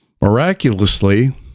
miraculously